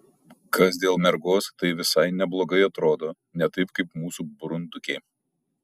kas dėl mergos tai visai neblogai atrodo ne taip kaip mūsų burundukė